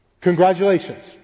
Congratulations